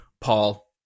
Paul